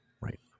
right